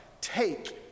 Take